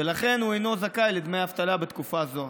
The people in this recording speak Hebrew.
ולכן הוא אינו זכאי לדמי אבטלה בתקופה זו.